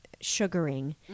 sugaring